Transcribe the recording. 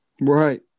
Right